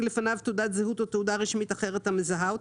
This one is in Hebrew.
לפניו תעודת זהות או תעודה רשמית אחרת המזהה אותו,